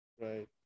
Right